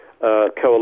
Coalition